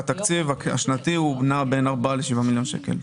התקציב השנתי נע בין 4 ל-7 מיליון שקלים.